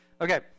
Okay